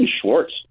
Schwartz